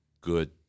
good